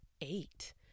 eight